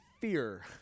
fear